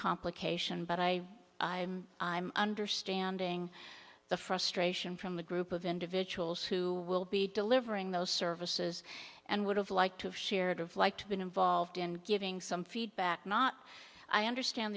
complication but i i i'm i'm understanding the frustration from the group of individuals who will be delivering those services and would have liked to have shared of liked been involved in giving some feedback not i understand